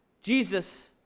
Jesus